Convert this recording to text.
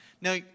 Now